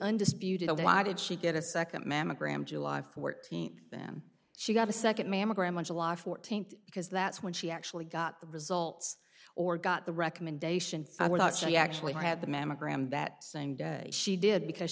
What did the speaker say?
undisputed why did she get a second mammogram july fourteenth then she got a second mammogram on july fourteenth because that's when she actually got the results or got the recommendation found out she actually had the mammogram that same day she did because